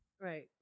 Right